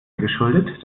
geschuldet